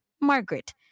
Margaret